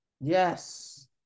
Yes